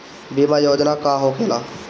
बीमा योजना का होखे ला?